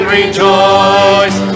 rejoice